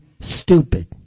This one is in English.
stupid